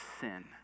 sin